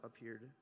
appeared